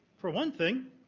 for one thing,